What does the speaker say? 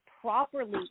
properly